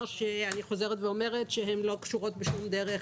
אני חוזרת ואומרת שההערות ששמענו לא קשורות בשום דרך